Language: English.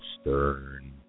Stern